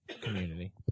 community